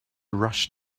rush